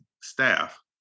staff